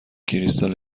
کریستال